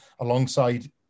alongside